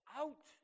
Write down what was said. out